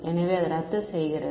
எனவே அது ரத்து செய்கிறது